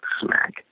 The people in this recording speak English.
smack